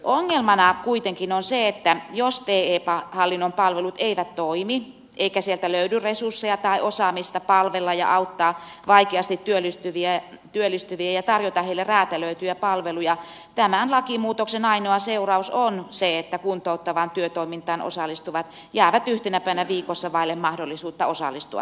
ongelmana kuitenkin on se että jos te hallinnon palvelut eivät toimi eikä sieltä löydy resursseja tai osaamista palvella ja auttaa vaikeasti työllistyviä ja tarjota heille räätälöityjä palveluja tämän lakimuutoksen ainoa seuraus on se että kuntouttavaan työtoimintaan osallistuvat jäävät yhtenä päivänä viikossa vaille mahdollisuutta osallistua tähän työtoimintaan